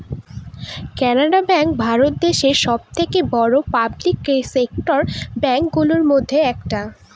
Canara Bank Bharat দেশে সব থেকে বড়ো পাবলিক সেক্টর ব্যাঙ্ক গুলোর মধ্যে একটা